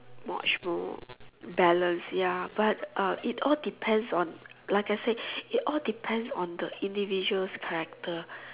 much more balance ya but uh it all depends on like I say it all depends on the individual's character